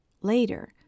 Later